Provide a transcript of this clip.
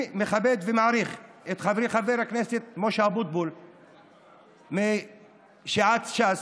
אני מכבד ומעריך את חברי חבר הכנסת משה אבוטבול מסיעת ש"ס,